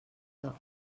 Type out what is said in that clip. vingt